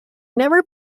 never